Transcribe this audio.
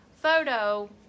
photo